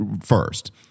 first